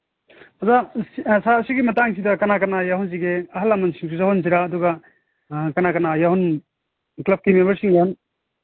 ꯑꯣꯖꯥ ꯁꯥꯔ ꯁꯤꯒꯤ ꯃꯇꯥꯡꯁꯤꯗ ꯀꯅꯥ ꯀꯅꯥ ꯌꯥꯎꯍꯟꯁꯤꯒꯦ ꯑꯍꯟ ꯂꯃꯟꯁꯤꯡꯁꯨ ꯌꯥꯎꯍꯟꯁꯤꯔꯥ ꯑꯗꯨꯒ ꯀꯅꯥ ꯀꯅꯥ ꯀ꯭ꯂꯕꯀꯤ ꯃꯦꯟꯕꯔꯁꯤꯡ